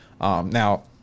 Now